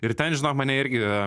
ir ten žinok mane irgi